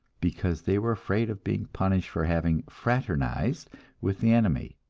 because they were afraid of being punished for having fraternized with the enemy.